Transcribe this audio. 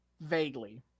vaguely